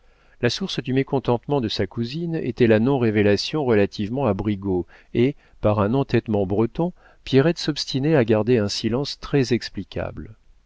la source du mécontentement de sa cousine était la non révélation relativement à brigaut et par un entêtement breton pierrette s'obstinait à garder un silence très explicable